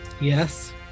yes